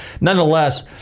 nonetheless